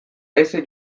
aise